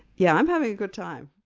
yeah, i'm having a good time.